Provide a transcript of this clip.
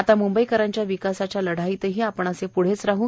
आता मंबईकरांच्या विकासाच्या लढाईतही आपण असे पृढेच राह्